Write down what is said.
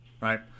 Right